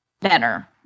better